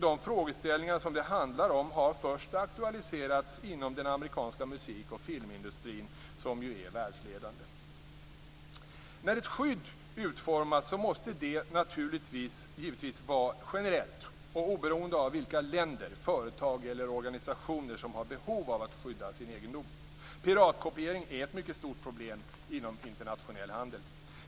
De frågeställningar som det handlar om har först aktualiserats inom den amerikanska musik och filmindustrin - som ju är världsledande. När ett skydd utformas måste det givetvis vara generellt och oberoende av vilka länder, företag eller organisationer som har behov av att skydda sin egendom. Piratkopiering är ett mycket stort problem inom internationell handel.